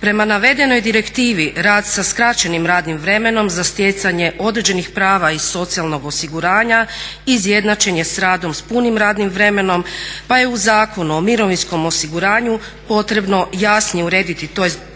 Prema navedenoj direktivi rad sa skraćenim radnim vremenom za stjecanje određenih prava iz socijalnog osiguranja izjednačen je s radom s punim radnim vremenom pa je u Zakonu o mirovinskom osiguranju potrebno jasnije urediti